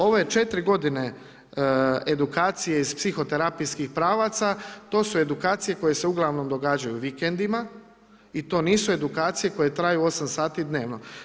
Ove 4 g. edukacije iz psihoterapijskih pravaca, to su edukacije, koje se ugl. događaju vikendima i to nisu edukacije koje traju 8 sati dnevno.